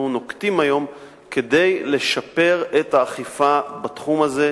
נוקטים היום כדי לשפר את האכיפה בתחום הזה,